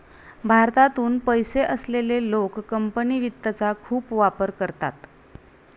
भारतातून पैसे असलेले लोक कंपनी वित्तचा खूप वापर करतात